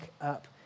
up